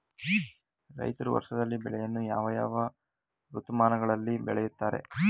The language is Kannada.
ರೈತರು ವರ್ಷದಲ್ಲಿ ಬೆಳೆಯನ್ನು ಯಾವ ಯಾವ ಋತುಮಾನಗಳಲ್ಲಿ ಬೆಳೆಯುತ್ತಾರೆ?